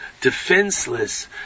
defenseless